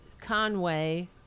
Conway